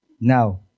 Now